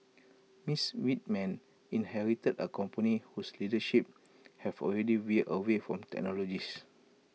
miss Whitman inherited A company whose leadership have already veered away from technologists